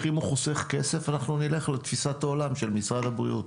אם התהליך חוסך כסף אנחנו נלך לפי תפיסת העולם של משרד הבריאות.